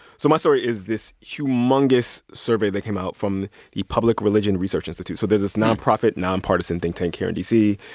so my story is this humongous survey that came out from the public religion research institute. so there's this nonprofit, nonpartisan think tank here in d c.